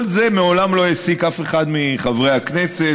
כל זה מעולם לא העסיק אף אחד מחברי הכנסת.